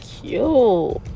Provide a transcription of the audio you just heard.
cute